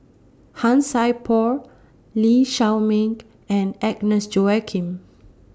Han Sai Por Lee Shao Meng and Agnes Joaquim